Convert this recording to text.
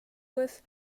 with